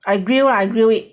I grill ah I grill it